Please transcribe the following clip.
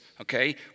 Okay